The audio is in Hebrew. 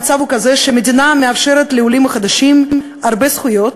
המצב הוא כזה שהמדינה מאפשרת לעולים החדשים הרבה זכויות,